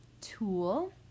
tool